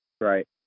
Right